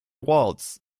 waltz